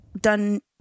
done